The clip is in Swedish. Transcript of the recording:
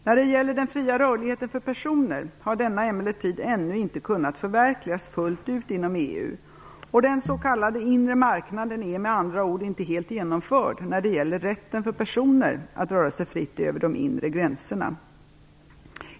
När det gäller den fria rörligheten för personer har denna emellertid ännu inte kunnat förverkligas fullt ut inom EU, och den s.k. inre marknaden är med andra ord inte helt genomförd när det gäller rätten för personer att röra sig fritt över de inre gränserna.